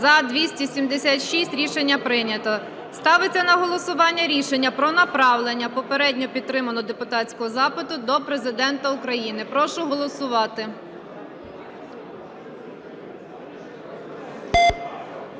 За-276 Рішення прийнято. Ставиться на голосування рішення про направлення попередньо підтриманого депутатського запиту до Президента України. Прошу голосувати.